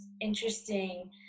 interesting